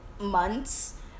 months